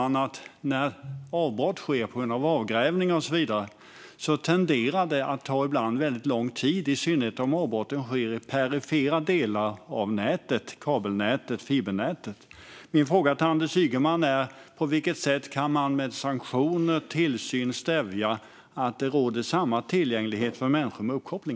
När avbrott sker på grund av avgrävningar och så vidare tenderar det ibland att ta väldigt lång tid, i synnerhet om avbrotten sker i perifera delar av kabel och fibernätet. Min fråga till Anders Ygeman är: På vilket sätt kan man med sanktioner och tillsyn stävja detta, så att det kan råda samma tillgänglighet för människor med uppkoppling?